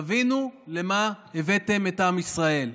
תבינו למה הבאתם את עם ישראל: